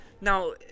Now